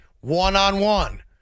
one-on-one